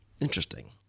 Interesting